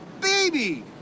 baby